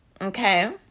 Okay